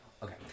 Okay